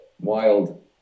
wild